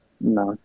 No